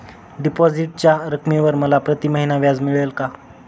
डिपॉझिटच्या रकमेवर मला प्रतिमहिना व्याज मिळेल का?